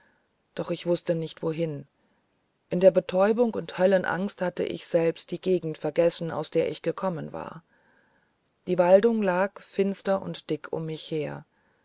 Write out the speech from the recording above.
doch wußte ich nicht wohin in der betäubung und höllenangst hatte ich selbst die gegend vergessen aus der ich gekommen war die waldung lag finster und dick um mich her